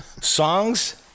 songs